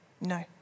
No